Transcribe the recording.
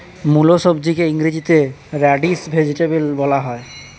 মুলো সবজিকে ইংরেজিতে র্যাডিশ ভেজিটেবল বলা হয়